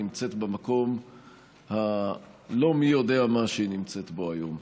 נמצאת במקום הלא-מי-יודע-מה שהיא נמצאת בו היום.